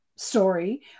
story